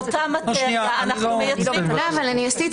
--- לאותה מטריה אנחנו מייצרים --- אבל אני עשיתי